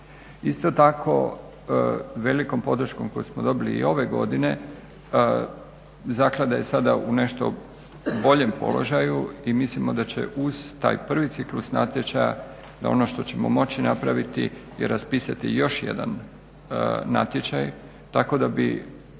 Isto tako, velikom podrškom koju smo dobili i ove godine Zaklada je sada u nešto boljem položaju i mislimo da će uz taj prvi ciklus natječaja, da ono što ćemo moći napraviti je raspisati još jedan natječaj, tako da bi